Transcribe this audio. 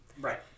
Right